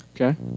Okay